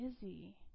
busy